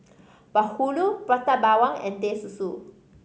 bahulu Prata Bawang and Teh Susu